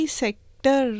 sector